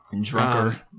drunker